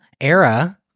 era